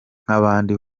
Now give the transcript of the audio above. nk’abandi